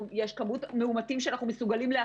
עם יכולת לרשויות המקומיות לעשות פעולות ולתת להם את הכלים ואת